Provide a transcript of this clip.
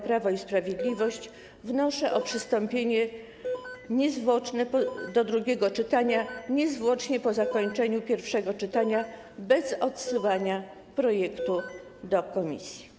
Prawo i Sprawiedliwość, wnoszę o przystąpienie do drugiego czytania niezwłocznie po zakończeniu pierwszego czytania bez odsyłania projektu do komisji.